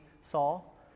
Saul